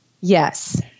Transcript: Yes